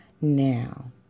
now